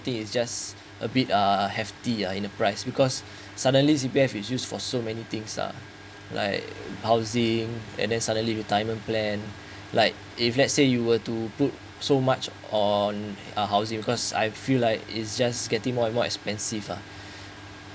things is just a bit uh hefty uh in a price because suddenly C_P_F is used for so many things uh like housing and then suddenly retirement plan like if let's say you were to put so much on uh house you because I feel like is just getting more and more expensive uh